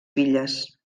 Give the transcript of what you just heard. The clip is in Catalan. filles